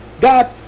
God